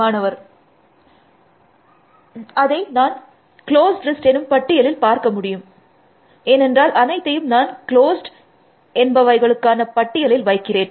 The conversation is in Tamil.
மாணவர் அதைக் நான் க்ளோஸ்ட் எனும் பட்டியலில் பார்க்க முடியம் ஏனென்றால் அனைத்தையும் நான் க்ளோஸ்ட் என்பவைகளுக்கான பட்டியலில் வைக்கிறேன்